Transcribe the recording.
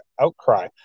outcry